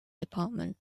department